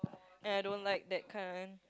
and I don't like that kind